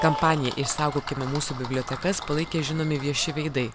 kampaniją išsaugokime mūsų bibliotekas palaikė žinomi vieši veidai